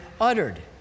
uttered